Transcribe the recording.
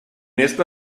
esta